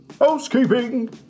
housekeeping